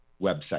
website